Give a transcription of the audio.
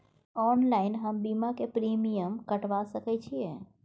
Online हम बीमा के प्रीमियम कटवा सके छिए?